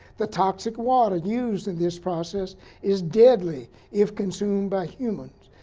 the toxic water used in this process is deadly if consumed by humans.